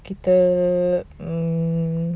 kita um